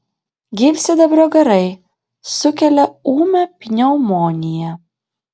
gyvsidabrio garai sukelia ūmią pneumoniją